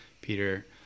Peter